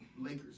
Lakers